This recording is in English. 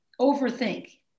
overthink